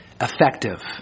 effective